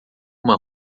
uma